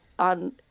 on